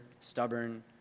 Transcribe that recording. stubborn